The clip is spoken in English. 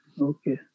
okay